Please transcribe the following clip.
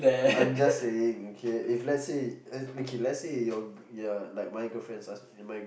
I'm just saying okay if let's say let's make it let's say if your ya like my girlfriends ask my